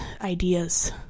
ideas